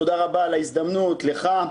תודה רבה על ההזדמנות לך,